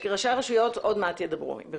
ראשי הרשויות עוד מעט ידברו.